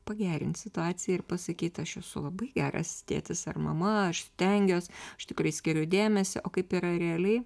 pagerint situaciją ir pasakyt aš esu labai geras tėtis ar mama aš stengiuos aš tikrai skiriu dėmesio o kaip yra realiai